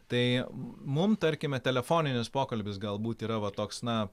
tai mum tarkime telefoninis pokalbis galbūt yra va toks na